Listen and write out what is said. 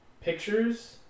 pictures